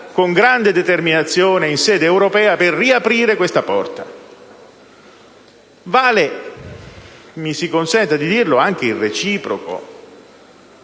con grande determinazione in sede europea per riaprire questa porta. Mi si consenta di dire che vale anche il reciproco.